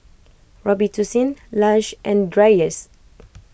Robitussin Lush and Dreyers